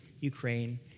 Ukraine